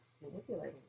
manipulating